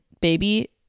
baby